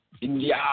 India